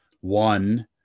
One